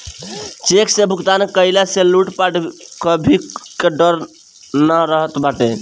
check से भुगतान कईला से लूटपाट कअ भी डर नाइ रहत बाटे